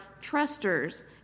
trusters